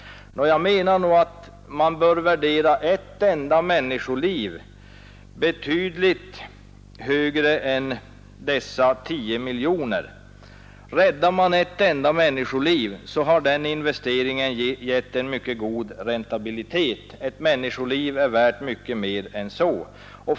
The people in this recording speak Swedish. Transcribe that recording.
Jag menar att man bör värdera ett enda människoliv betydligt högre än dessa 10 miljoner. Räddar man ett enda människoliv, så har den investeringen gett en mycket god räntabilitet; ett människoliv är värt mycket mer.